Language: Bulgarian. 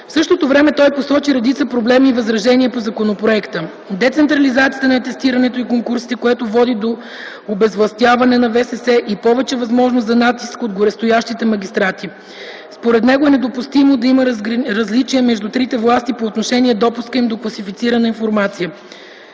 В същото време той посочи и редица проблеми и възражения по законопроекта: децентрализацията на атестирането и конкурсите, което води до обезвластяване на ВСС и повече възможности за натиск от горестоящите магистрати. Според него е недопустимо да има различния между трите власти по отношение допуска им до класифицирана информация;